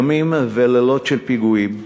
ימים ולילות של פיגועים,